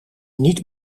niet